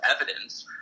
evidence